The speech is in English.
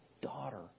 daughter